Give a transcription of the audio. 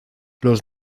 los